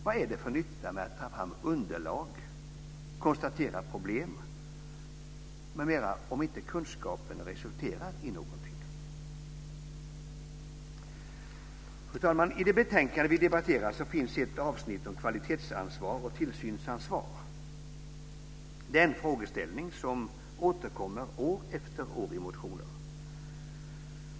Vad är det för nytta med att ta fram underlag och konstatera problem om inte kunskapen resulterar i något? Fru talman! I det betänkande vi debatterar finns ett avsnitt om kvalitetsansvar och tillsynsansvar. Det är en frågeställning som återkommer år efter år i motioner.